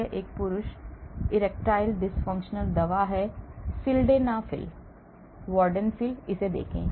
यह एक पुरुष इरेक्टाइल डिसफंक्शन दवा है सिल्डेनाफिल वॉर्डनफिल इसे देखें